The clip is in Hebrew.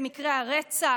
במקרי הרצח,